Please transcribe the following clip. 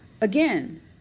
Again